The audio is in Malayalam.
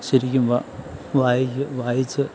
ശരിക്കും വായിക്ക് വായിച്ച്